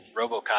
Robocop